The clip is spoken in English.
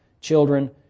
children